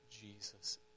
Jesus